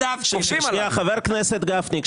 חבר הכנסת גפני,